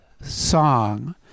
song